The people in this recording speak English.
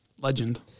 Legend